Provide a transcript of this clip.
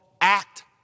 act